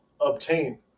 obtain